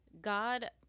God